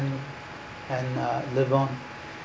and and uh live on